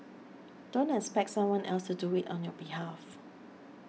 don't expect someone else to do it on your behalf